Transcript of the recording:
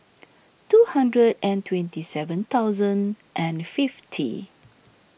two hundred and twenty seven thousand and fifty